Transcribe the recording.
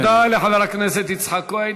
תודה לחבר הכנסת יצחק כהן.